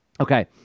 okay